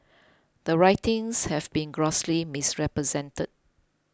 the writings have been grossly misrepresented